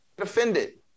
offended